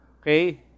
Okay